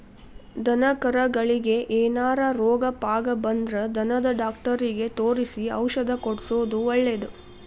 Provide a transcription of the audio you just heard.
ದನಕರಗಳಿಗೆ ಏನಾರ ರೋಗ ಪಾಗ ಬಂದ್ರ ದನದ ಡಾಕ್ಟರಿಗೆ ತೋರಿಸಿ ಔಷಧ ಕೊಡ್ಸೋದು ಒಳ್ಳೆದ